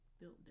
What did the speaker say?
built